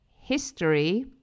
history